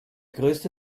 größte